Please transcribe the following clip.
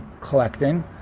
collecting